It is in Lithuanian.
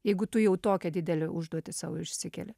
jeigu tu jau tokią didelę užduotį sau išsikeli